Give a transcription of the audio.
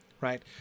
right